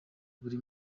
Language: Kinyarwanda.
buri